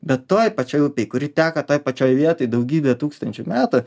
bet toj pačioj upėj kuri teka toj pačioj vietoj daugybę tūkstančių metų